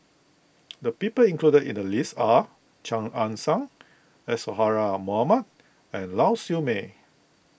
the people included in the list are Chia Ann Siang Isadhora Mohamed and Lau Siew Mei